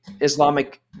Islamic